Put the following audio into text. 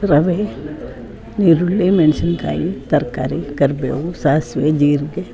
ರವೆ ಈರುಳ್ಳಿ ಮೆಣಸಿನ್ಕಾಯಿ ತರಕಾರಿ ಕರಿಬೇವು ಸಾಸಿವೆ ಜೀರಿಗೆ